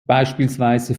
beispielsweise